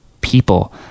people